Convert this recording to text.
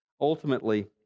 Ultimately